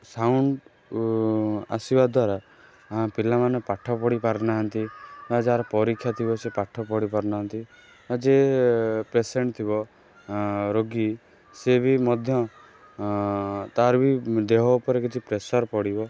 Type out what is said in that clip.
sound ଆସିବା ଦ୍ଵାରା ଆମ ପିଲାମାନେ ପାଠ ପଢ଼ି ପାରୁନାହାନ୍ତି ବା ଯାହାର ପରୀକ୍ଷା ଥିବ ସେ ପାଠ ପଢ଼ି ପାରୁନାହାନ୍ତି ଯିଏ ପେସେଣ୍ଟ୍ ଥିବ ରୋଗୀ ସିଏ ବି ମଧ୍ୟ ତାର ବି ଦେହ ଉପରେ କିଛି ପ୍ରେସର୍ ପଡ଼ିବ